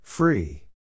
Free